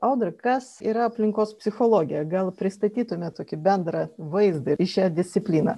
audra kas yra aplinkos psichologija gal pristatytumėt tokį bendrą vaizdą ir šią discipliną